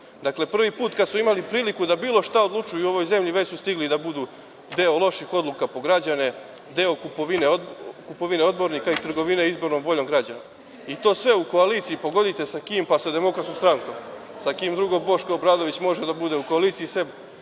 Dakle, prvi put kada su imali priliku da bilo šta odlučuju u ovoj zemlji, već su stigli da budu deo loših odluka po građane, deo kupovine odbornika i trgovine izbornom voljom građana i to sve u koaliciji pogodite sa kim? Pa, sa DS, sa kim drugim Boško Obradović može da bude u koaliciji osim